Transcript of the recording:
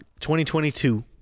2022